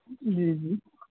جی جی